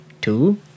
two